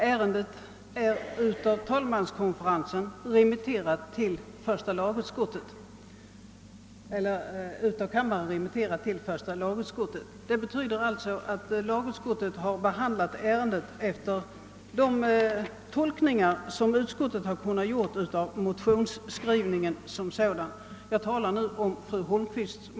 Herr talman! Fru Holmqvists motion har av kammaren remitterats till första lagutskottet, vilket innebär att detta utskott haft att behandla ärendet med hänsyn till vad som kan uttolkas av motionens skrivning.